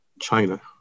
China